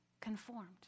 conformed